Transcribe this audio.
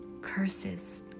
curses